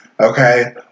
Okay